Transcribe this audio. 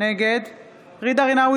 נגד ג'ידא רינאוי